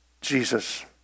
Jesus